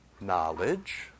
Knowledge